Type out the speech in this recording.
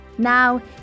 Now